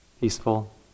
Peaceful